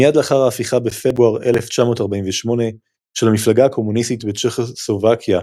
מיד לאחר ההפיכה בפברואר 1948 של המפלגה הקומוניסטית בצ'כוסלובקיה,